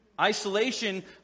Isolation